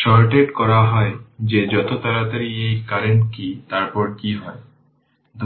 shorted করা হয় যে যত তাড়াতাড়ি এই কারেন্ট কি তারপর কি হয়